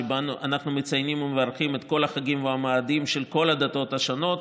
שבו אנחנו מציינים ומברכים את כל החגים והמועדים של כל הדתות השונות,